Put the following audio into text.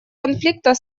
конфликта